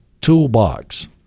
Toolbox